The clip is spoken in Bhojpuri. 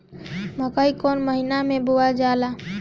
मकई कौन महीना मे बोअल जाला?